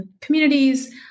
communities